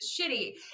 shitty